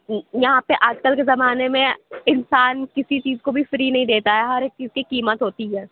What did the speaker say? یہاں پہ آج کل کے زمانے میں انسان کسی چیز کو بھی فری نہیں دیتا ہے ہر ایک چیز کی قیمت ہوتی ہے